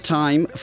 time